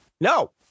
no